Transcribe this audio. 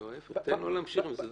לא, ההיפך, תן לו להמשיך עם זה.